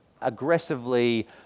aggressively